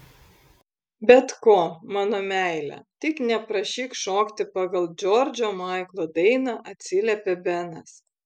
bet ko mano meile tik neprašyk šokti pagal džordžo maiklo dainą atsiliepė benas